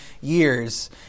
years